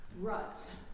Ruts